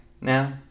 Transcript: Now